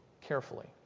carefully